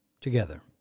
Together